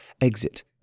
exit